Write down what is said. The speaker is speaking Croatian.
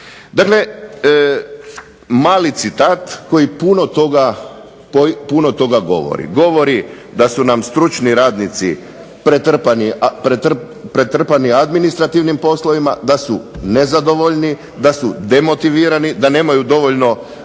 Dakle mali citat koji puno toga govori, govori da su nam stručni radnici pretrpani administrativnim poslovima, da su nezadovoljni, da su demotivirani, da nemaju dovoljno